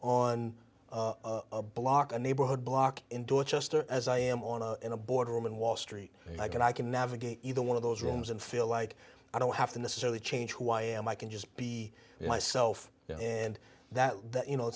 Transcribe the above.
on a block or neighborhood block in dorchester as i am on in a boardroom and wall street and i can i can navigate either one of those rooms and feel like i don't have to necessarily change who i am i can just be myself and that that you know